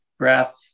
breath